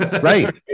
Right